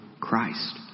Christ